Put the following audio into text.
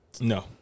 No